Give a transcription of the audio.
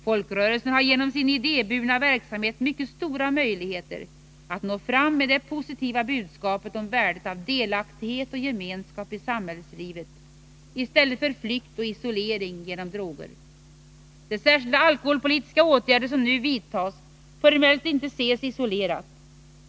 Folkrörelserna har genom sin idéburna verksamhet mycket stora möjligheter att nå fram med det positiva budskapet om värdet av delaktighet och gemenskap i samhällslivet i stället för flykt och isolering genom droger. De särskilda alkoholpolitiska åtgärder som nu vidtas får emellertid inte ses isolerat.